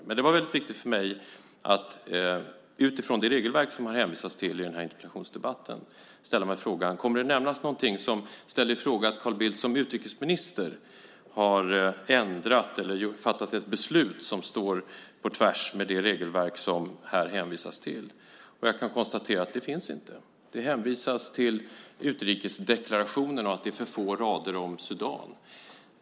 Men det var väldigt viktigt för mig att utifrån det regelverk som har hänvisats till i den här interpellationsdebatten ställa mig frågan: Kommer det att nämnas någonting som ställer i fråga att Carl Bildt som utrikesminister har ändrat eller fattat ett beslut som går på tvärs med det regelverk som här hänvisas till? Och jag kan konstatera att något sådant inte finns. Det hänvisas till utrikesdeklarationen och att det är för få rader om Sudan.